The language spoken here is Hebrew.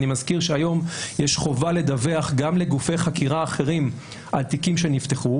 אני מזכיר שהיום יש חובה לדווח גם לגופי חקירה אחרים על תיקים שנפתחו.